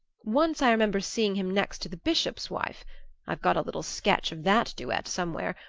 once i remember seeing him next to the bishop's wife i've got a little sketch of that duet somewhere.